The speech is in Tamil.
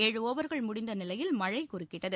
ஏழு ஒவர்கள் முடிந்த நிலையில் மழை குறுக்கிட்டது